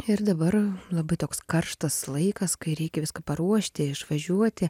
ir dabar labai toks karštas laikas kai reikia viską paruošti išvažiuoti